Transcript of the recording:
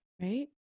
right